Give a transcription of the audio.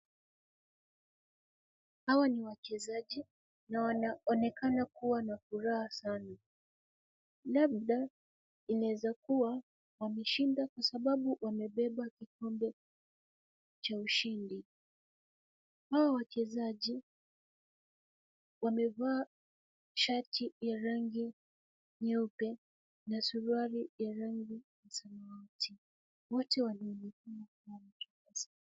Hawa ni wachezaji na wanaonekana kuwa na furaha sana, labda inaweza kuwa wameshinda, kwa sababu wamebeba kikombe cha ushindi. Hawa wachezaji wamevaa shati ya rangi nyeupe na suruali ya rangi ya samawati, wote